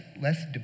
less